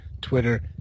Twitter